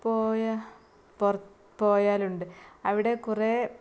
പോയ പോയ ആളുണ്ട് അവിടെ കുറേ